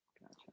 Gotcha